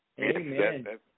amen